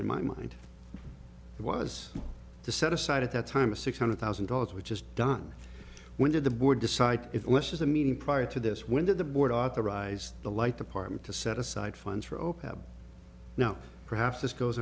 in my mind it was to set aside at that time a six hundred thousand dollars which is done when did the board decide if it wishes a meeting prior to this when did the board authorize the light department to set aside funds for open now perhaps this goes